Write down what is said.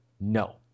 No